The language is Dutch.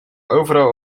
overal